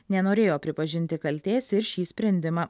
nenorėjo pripažinti kaltės ir šį sprendimą